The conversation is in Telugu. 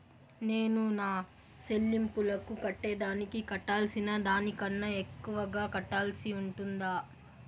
నేను నా సెల్లింపులకు కట్టేదానికి కట్టాల్సిన దానికన్నా ఎక్కువగా కట్టాల్సి ఉంటుందా?